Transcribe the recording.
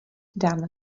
dám